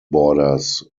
borders